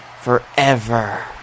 forever